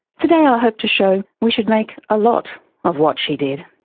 today i ah hope to show we should make a lot of what she did.